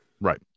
right